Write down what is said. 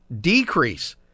decrease